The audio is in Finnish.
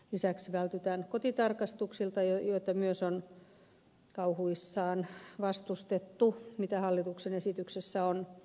lisäksi vältytään kotitarkastuksilta joita myös on kauhuissaan vastustettu ja joita hallituksen esityksessä on